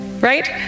Right